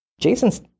Jason's